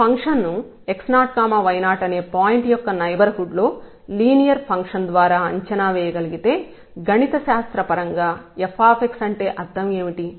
ఈ ఫంక్షన్ ను x0 y0 అనే పాయింట్ యొక్క నైబర్హుడ్ లో లీనియర్ ఫంక్షన్ ద్వారా అంచనా వేయగలిగితే గణిత శాస్త్ర పరంగా f అంటే అర్థం ఏమిటి